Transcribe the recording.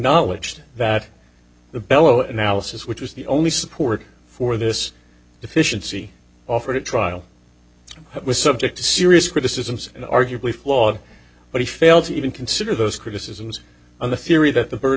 acknowledge that the belo analysis which was the only support for this deficiency offered a trial that was subject to serious criticisms and arguably flawed but he failed to even consider those criticisms on the theory that the burden